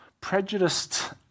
prejudiced